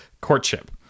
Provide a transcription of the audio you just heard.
courtship